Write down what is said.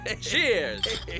cheers